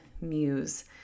muse